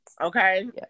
Okay